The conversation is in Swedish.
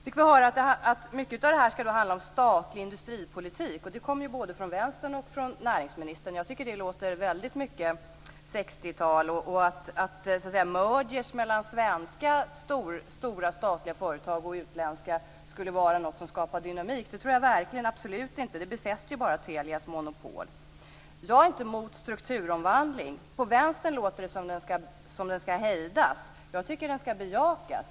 Vi fick höra att mycket skall handla om statlig industripolitik. Det kom både från Vänstern och från näringsministern. Jag tycker att det låter väldigt mycket 1960-tal. Att mergers mellan svenska stora statliga företag och utländska skulle vara något som skapar dynamik tror jag absolut inte. Det befäster bara Telias monopol. Jag är inte mot strukturomvandling. På Vänstern låter det som om den skall hejdas. Jag tycker att den skall bejakas.